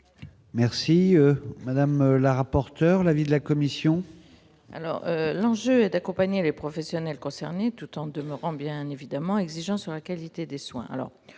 Merci madame la rapporteure, l'avis de la commission. Alors, l'enjeu est d'accompagner les professionnels concernés, tout en demeurant bien évidemment exigeant sur la qualité des soins,